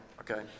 Okay